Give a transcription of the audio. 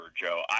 Joe